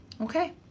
Okay